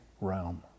realm